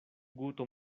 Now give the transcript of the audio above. guto